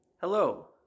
Hello